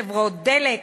חברות דלק,